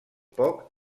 poc